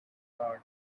heart